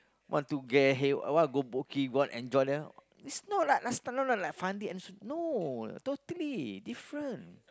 want to get hey what go Boat-Quay go out and enjoy there it's not like last time not not like Fandi and Sun no totally different